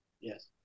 Yes